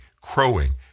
crowing